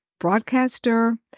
broadcaster